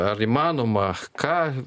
ar įmanoma ką